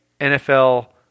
NFL